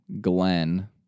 Glenn